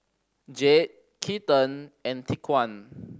Jayde Keaton and Tyquan